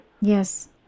Yes